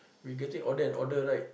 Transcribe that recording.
we getting older and older right